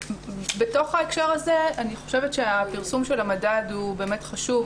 בתוך ההקשר הזה אני חושבת שהפרסום של המדד הוא באמת חשוב.